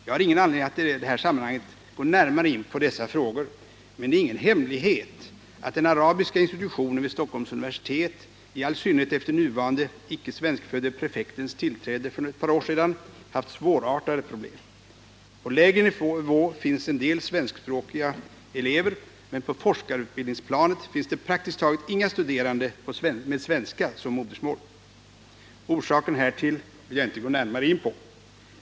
Jag har ingen anledning att i detta sammanhang gå närmare in på dessa frågor, men det är ingen hemlighet att den arabiska institutionen vid Stockholms universitet, i all synnerhet efter den nuvarande icke svenskfödde prefektens tillträde för ett par år sedan, har haft svårartade problem. På lägre nivå finns det en del svenskspråkiga elever, men på forskarutbildningsplanet finns det praktiskt taget inga studerande med svenska som modersmål. Orsaken härtill vill jag inte närmare gå in på.